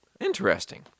Interesting